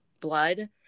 blood